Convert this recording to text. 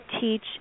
teach